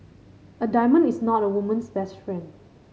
a diamond is not a woman's best friend